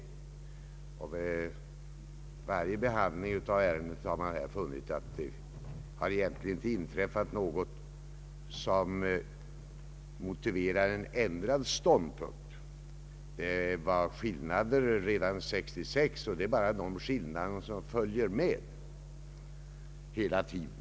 Vid varje behandling av ärendet har man funnit att det egentligen inte inträffat någonting som motiverar en ändrad ståndpunkt. Det förelåg skillnader i uppfattningarna redan 1966, och det är dessa skillnader som har följt med heia tiden.